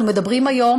אנחנו מדברים היום